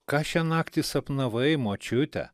ką šią naktį sapnavai močiute